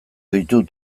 ditut